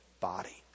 body